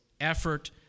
effort